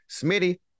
Smitty